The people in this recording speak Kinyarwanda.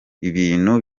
ibintu